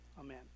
Amen